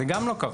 זה גם לא קרה.